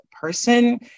person